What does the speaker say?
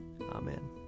Amen